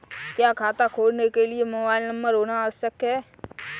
क्या खाता खोलने के लिए मोबाइल नंबर होना आवश्यक है?